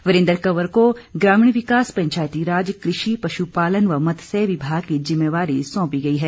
वीरेन्द्र कंवर को ग्रामीण विकास पंचायतीराज कृषि पशुपालन व मत्स्य विभाग की जिम्मेवारी सौंपी गई है